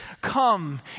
Come